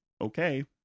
Okay